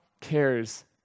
cares